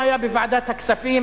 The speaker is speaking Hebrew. מה היה בוועדת הכספים